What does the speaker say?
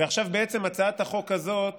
ועכשיו, בעצם הצעת החוק הזאת